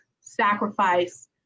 sacrifice